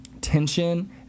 tension